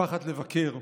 פחד לבקר,